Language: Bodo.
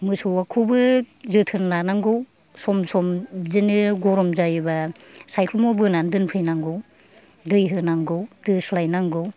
मोसौखौबो जोथोन लानांगौ सम सम बिदिनो गरम जायोब्ला सायख्लुमाव बोनानै दोनफैनांगौ दै होनांगौ दोस्लायनांगौ